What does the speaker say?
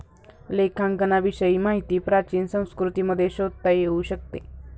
लेखांकनाविषयी माहिती प्राचीन संस्कृतींमध्ये शोधता येऊ शकते